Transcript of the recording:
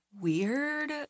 weird